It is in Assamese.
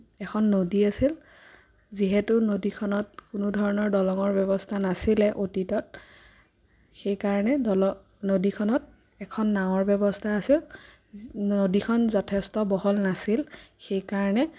এখন নদী আছিল যিহেতু নদীখনত কোনোধৰণৰ দলঙৰ ব্যৱস্থা নাছিলে অতীতত সেইকাৰণে দল নদীখনত এখন নাৱৰ ব্যৱস্থা আছিল নদীখন যথেষ্ট বহল নাছিল সেইকাৰণে